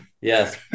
Yes